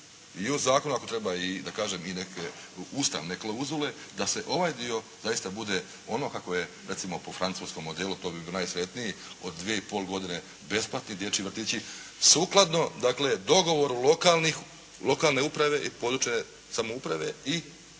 i u zakonu ako treba i neke ustavne klauzule, da se ovaj dio, zaista bude ono kako je recimo po francuskom modelu, to bi bilo najsretniji, od 2 i pol godine besplatni dječji vrtići. Sukladno dogovoru lokalne uprave i područje samouprave i države.